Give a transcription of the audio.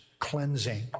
cleansing